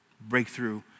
breakthrough